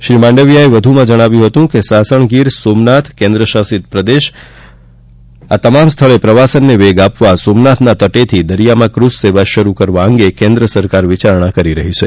શ્રી માંડવિયાએ વધુમાં જણાવ્યું હતું કે સાસણગીર સોમનાથ કેન્દ્ર શાસિત પ્રદેશ ખાતે પ્રવાસનને વેગ આપવા સોમનાથના તટેથી દરિયામાં ક્રૂઝ સેવા શરૂ કરવા અંગે કેન્દ્ર સરકાર વિચારણા કરી રહી છે